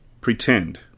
Pretend